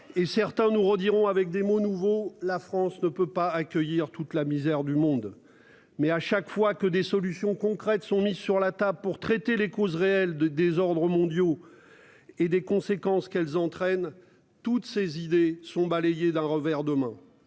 Et certains nous retirons avec des mots nouveaux, la France ne peut pas accueillir toute la misère du monde. Mais à chaque fois que des solutions concrètes sont mises sur la table pour traiter les causes réelles de désordres mondiaux. Et des conséquences qu'elles entraînent toutes ces idées sont balayées d'un revers de main